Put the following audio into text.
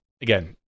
again